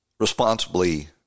responsibly